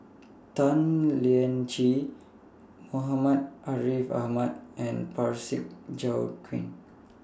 Tan Lian Chye Muhammad Ariff Ahmad and Parsick Joaquim